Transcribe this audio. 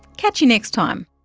catch you next time